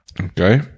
Okay